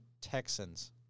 Texans